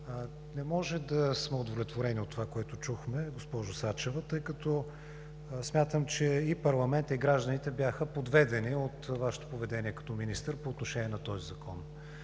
Не може да сме удовлетворени от това, което чухме, госпожо Сачева, тъй като смятам, че и парламентът, и гражданите бяха подведени от Вашето поведение като министър по отношение на този закон.